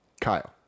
Kyle